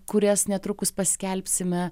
kurias netrukus paskelbsime